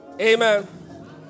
amen